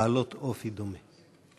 בעלות אופי דומה.